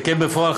שכן בפועל,